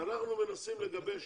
אנחנו מנסים לגבש